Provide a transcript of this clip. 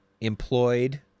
employed